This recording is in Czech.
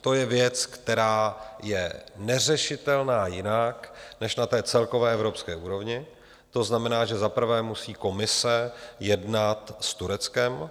To je věc, která je neřešitelná jinak než na celkové evropské úrovni, to znamená, že za prvé musí Komise jednat s Tureckem.